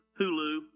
Hulu